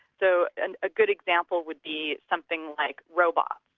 so and a good example would be something like robots.